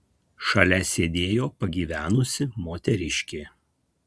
šalia sėdėjo pagyvenusi moteriškė